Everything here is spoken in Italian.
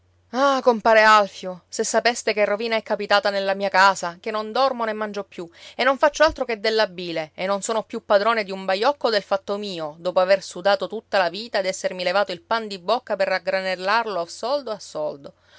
ah compare alfio se sapeste che rovina è capitata nella mia casa che non dormo né mangio più e non faccio altro che della bile e non sono più padrone di un baiocco del fatto mio dopo aver sudato tutta la vita ed essermi levato il pan di bocca per raggranellarlo a soldo a soldo